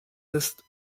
ist